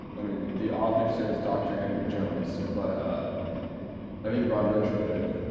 i mean the author says dr. henry jones, but ah i think ron lynch wrote it.